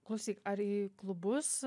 klausyk ar į klubus